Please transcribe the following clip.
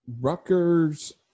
Rutgers